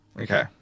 Okay